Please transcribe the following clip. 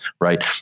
right